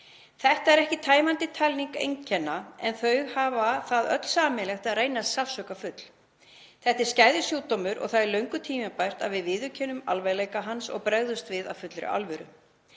Þetta er ekki tæmandi talning einkenna en þau eiga það öll sameiginlegt að reynast sársaukafull. Þetta er skæður sjúkdómur og það er löngu tímabært að við viðurkennum alvarleika hans og bregðumst við af fullri alvöru.